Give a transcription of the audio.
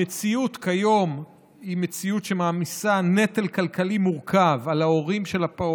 המציאות כיום היא מציאות שמעמיסה נטל כלכלי מורכב על ההורים של הפעוט,